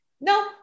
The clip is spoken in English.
No